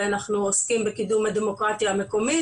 אנחנו עוסקים בקידום הדמוקרטיה המקומית